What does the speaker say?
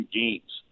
games